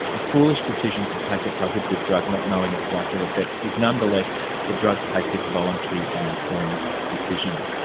a foolish decision to take a prohibited drug not knowing its likely effects is nonetheless the drug-taker's voluntary and informed decision.